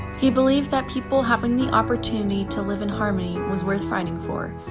he believed that people having the opportunity to live in harmony was worth fighting for,